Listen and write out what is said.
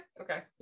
okay